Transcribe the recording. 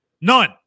none